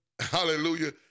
hallelujah